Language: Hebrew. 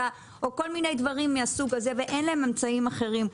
או כל מיני דברים מהסוג הזה ואין להם אמצעים אחרים.